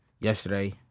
Yesterday